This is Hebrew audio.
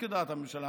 שלא כדעת הממשלה,